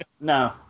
no